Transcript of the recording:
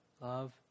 Love